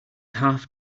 half